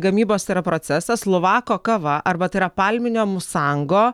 gamybos procesas luvako kava arba tai yra palminio musango